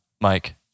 Mike